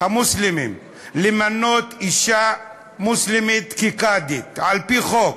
המוסלמיים למנות אישה מוסלמית כקאדית, על-פי חוק.